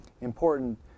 important